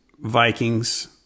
Vikings